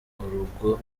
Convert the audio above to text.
urugo